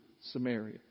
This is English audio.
Samaria